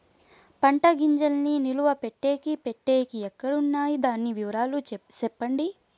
పంటల గింజల్ని నిలువ పెట్టేకి పెట్టేకి ఎక్కడ వున్నాయి? దాని వివరాలు సెప్పండి?